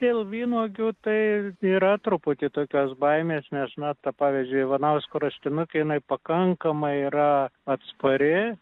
dėl vynuogių tai yra truputį tokios baimės nes na ta pavyzdžiui ivanausko rastinukė jinai pakankamai yra atspari